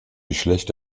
geschlecht